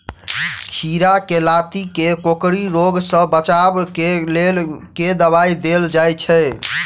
खीरा केँ लाती केँ कोकरी रोग सऽ बचाब केँ लेल केँ दवाई देल जाय छैय?